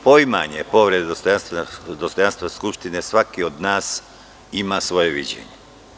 Poimanje povrede dostojanstva Skupštine, svaki od nas ima svoje viđenje.